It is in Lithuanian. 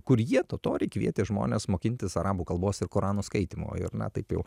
kur jie totoriai kvietė žmones mokintis arabų kalbos ir korano skaitymo ir na taip jau